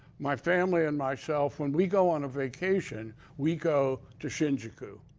my family and myself, when we go on a vacation, we go to shigiku,